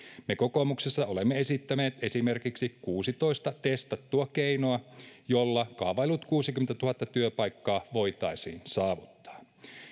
me kokoomuksessa olemme esittäneet esimerkiksi kuusitoista testattua keinoa joilla kaavaillut kuusikymmentätuhatta työpaikkaa voitaisiin saavuttaa